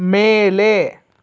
ಮೇಲೆ